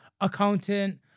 accountant